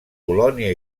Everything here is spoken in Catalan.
polònia